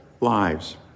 lives